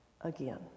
again